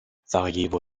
sarajevo